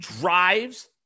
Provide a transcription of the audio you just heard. drives